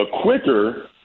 quicker